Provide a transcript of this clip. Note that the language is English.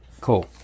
Cool